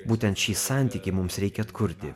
būtent šį santykį mums reikia atkurti